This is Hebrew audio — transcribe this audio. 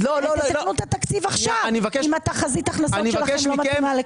אז תתקנו את התקציב עכשיו אם תחזית ההכנסות שלכם לא מתאימה.